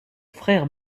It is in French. frère